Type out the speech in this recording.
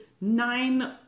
nine